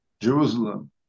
Jerusalem